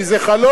כי זה חלום,